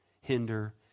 hinder